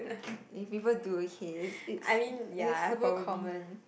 if people do okay it's it is super common